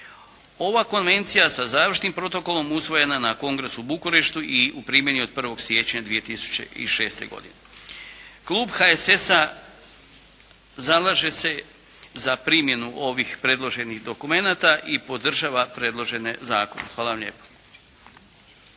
Ova konvencija sa završnim protokolom usvojena je na kongresu Bukureštu i u primjeni je od 1. siječnja 2006. godine. Klub HSS-a zalaže se za primjenu ovih predloženih dokumenata i podržava predloženi zakon. Hvala vam lijepa.